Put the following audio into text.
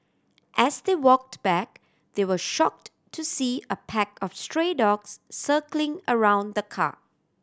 as they walked back they were shocked to see a pack of stray dogs circling around the car